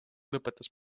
lõpetas